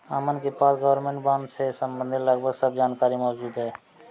अमन के पास government bond से सम्बंधित लगभग सब जानकारी मौजूद है